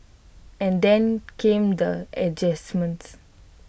and then came the adjustments